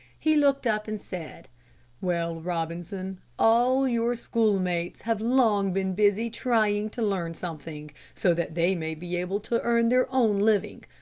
he looked up and said well, robinson, all your schoolmates have long been busy trying to learn something, so that they may be able to earn their own living.